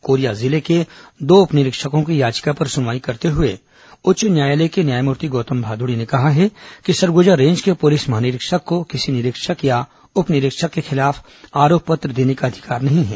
Korea जिले के दो उप निरीक्षकों की याचिका पर सुनवाई करते हुए उच्च न्यायालय के न्यायमूर्ति गौतम भादुड़ी ने कहा है कि सरगुजा रेंज के पुलिस महानिरीक्षक को किसी निरीक्षक तथा उप निरीक्षक के खिलाफ आरोप पत्र देने का अधिकार नहीं है